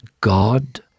God